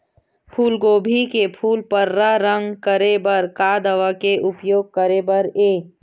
फूलगोभी के फूल पर्रा रंग करे बर का दवा के उपयोग करे बर ये?